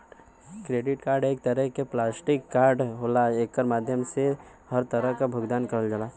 credit card एक तरे क प्लास्टिक कार्ड होला एकरे माध्यम से हर तरह क भुगतान करल जाला